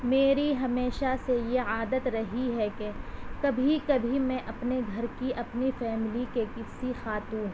میری ہمیشہ سے یہ عادت رہی ہے کہ کبھی کبھی میں اپنے گھر کی اپنی فیملی کے کسی خاتون